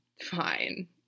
fine